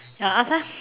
I'll ask ah